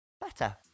better